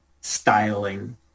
styling